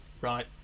right